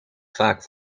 vaak